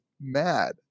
mad